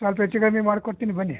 ಸ್ವಲ್ಪ ಹೆಚ್ಚು ಕಮ್ಮಿ ಮಾಡಿಕೊಡ್ತೀನಿ ಬನ್ನಿ